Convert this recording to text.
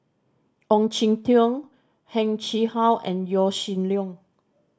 Ong Jin Teong Heng Chee How and Yaw Shin Leong